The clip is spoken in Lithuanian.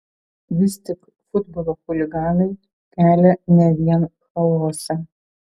vis tik futbolo chuliganai kelia ne vien chaosą